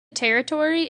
territory